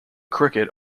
cricket